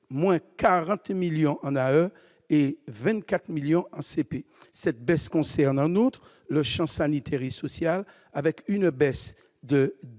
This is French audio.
moins 40 millions en a eux et 24 millions en CP, cette baisse concerne un autre le Champ sanitaire il sociale avec une baisse de